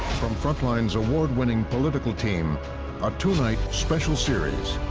from frontline's award-winning political team a two-night special series.